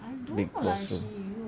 big person